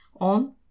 on